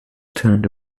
turned